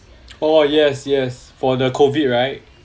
oh yes yes for the COVID right